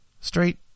straight